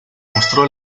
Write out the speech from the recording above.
mostró